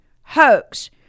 hoax